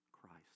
Christ